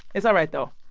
it's all right, though.